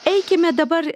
eikime dabar